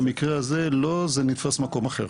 במקרה הזה לא, במקום אחר.